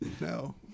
No